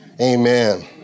Amen